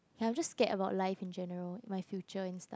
ya I'm just scared about life in general my future and stuff